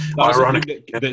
ironic